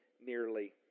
nearly